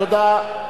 תודה.